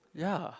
ya